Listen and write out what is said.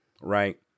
Right